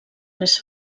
més